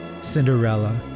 Cinderella